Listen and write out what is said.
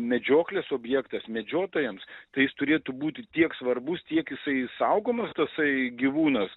medžioklės objektas medžiotojams tai jis turėtų būti tiek svarbus tiek jisai saugomas tasai gyvūnas